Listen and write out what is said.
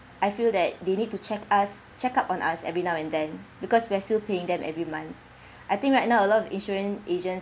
I feel that they need to check us check up on us every now and then because we're still paying them every month I think right now a lot of insurance agent